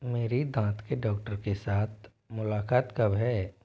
मेरी दांत के डाक्टर के साथ मुलाक़ात कब है